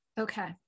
Okay